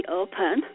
open